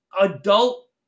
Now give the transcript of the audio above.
adult